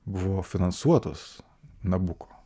buvo finansuotos nabuko